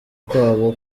kwabo